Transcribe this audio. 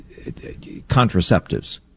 contraceptives